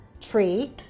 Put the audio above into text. tree